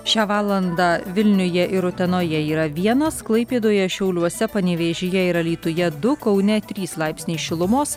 šią valandą vilniuje ir utenoje yra vienas klaipėdoje šiauliuose panevėžyje ir alytuje du kaune trys laipsniai šilumos